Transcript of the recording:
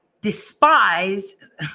despise